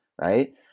right